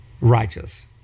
righteous